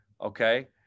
okay